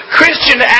Christian